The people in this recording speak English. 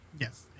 yes